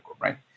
right